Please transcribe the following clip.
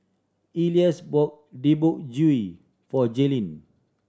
Elias bought Deodeok for Jaylynn